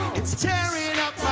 it's tearin'